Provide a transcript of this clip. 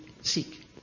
seek